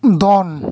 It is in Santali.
ᱫᱚᱱ